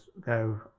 go